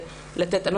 רישום לבית הספר וכולי,